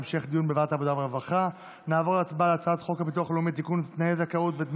הביטוח הלאומי (תיקון, תנאי זכות לדמי